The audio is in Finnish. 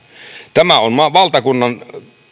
tämä on valtakunnan